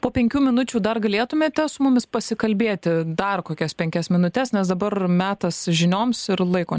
po penkių minučių dar galėtumėte su mumis pasikalbėti dar kokias penkias minutes nes dabar metas žinioms ir laiko